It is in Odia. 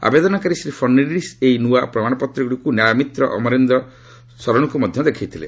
ଆବେଦନକାରୀ ଶ୍ରୀ ଫଡ଼୍ନିସ୍ ଏହି ନୂଆ ପ୍ରମାଣପତ୍ରଗୁଡ଼ିକୁ ନ୍ୟାୟମିତ୍ର ଅମରେନ୍ଦ୍ର ଶରଣଙ୍କୁ ମଧ୍ୟ ଦେଖାଇଥିଲେ